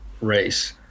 race